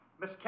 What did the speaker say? Miss